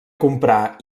comprà